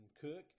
cook